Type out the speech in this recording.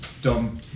Dumb